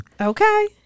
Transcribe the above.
Okay